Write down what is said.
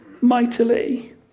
mightily